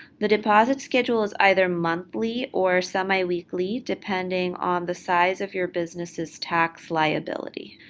the deposit schedule is either monthly or semiweekly depending on the size of your business's tax liability.